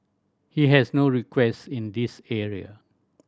he has no request in this area